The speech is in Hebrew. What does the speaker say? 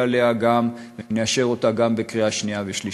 עליה ונאשר אותה גם בקריאה שנייה ושלישית.